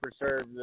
preserve